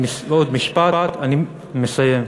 עוד משפט, אני מסיים.